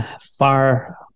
far